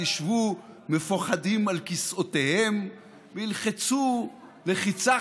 ישבו מפוחדים על כיסאותיהם וילחצו לחיצה